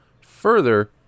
further